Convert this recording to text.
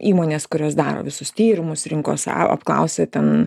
įmonės kurios daro visus tyrimus rinkos a apklausia ten